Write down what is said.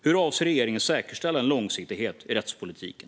Hur avser regeringen att säkerställa långsiktighet i rättspolitiken?